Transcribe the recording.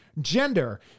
gender